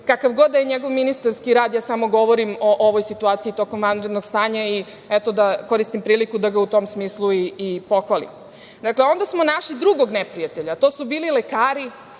Kakav god da je njegov ministarski rad, ja samo govorim o ovoj situaciji tokom vanrednog stanja i, eto, da koristim priliku da ga u tom smislu i pohvalim. Dakle, onda smo našli drugog neprijatelja. To su bili lekari…